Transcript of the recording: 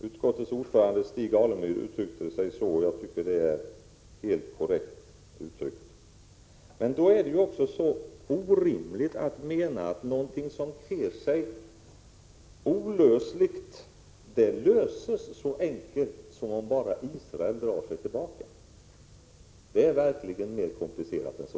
Utskottets ordförande Stig Alemyr uttryckte sig så, och det tyckte jag var helt korrekt. Det är orimligt att tro att någonting som ter sig olösligt kan lösas så enkelt som att Israel bara drar sig tillbaka. Det är verkligen mer komplicerat än så.